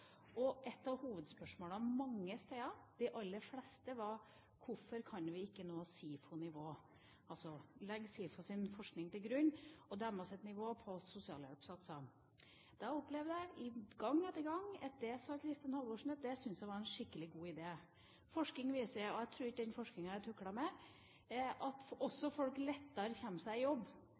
Et av hovedspørsmålene de aller fleste steder var hvorfor vi ikke kan nå SIFO-nivå, altså legge SIFOs forskning og deres nivå til grunn for sosialhjelpssatsene? Da opplevde jeg gang etter gang at Kristin Halvorsen sa at det syntes hun var en skikkelig god idé. Forskning viser – og jeg tror ikke den forskningen er tuklet med – at folk også lettere kommer seg i jobb